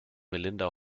melinda